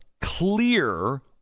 clear